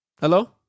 Hello